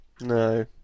No